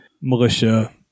militia